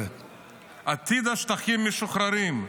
עתיד השטחים המשוחררים.